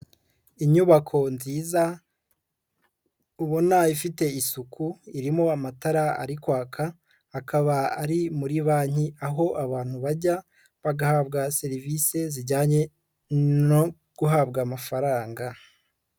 Inyubako nziza, ubona ifite isuku, irimo amatara ari kwaka, akaba ari muri banki aho abantu bajya, bagahabwa serivisi zijyanye no guhabwa amafaranga.